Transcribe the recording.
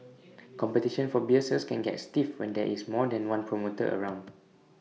competition for beer sales can get stiff when there is more than one promoter around